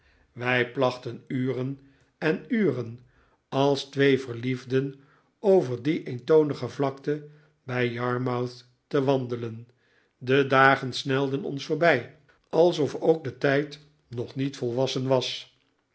wij plachten uren en uren als twee verliefden over die eentonige vlakte bij yarmouth te wandelen de dagen snelden ons voorbij alsof ook de tijd nog niet volwassen was